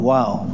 Wow